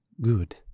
Good